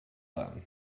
then